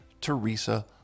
Teresa